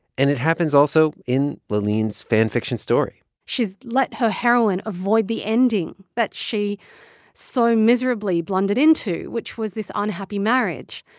and it happens also in laaleen's fan fiction story she's let her heroine avoid the ending that she so miserably blundered into, which was this unhappy marriage.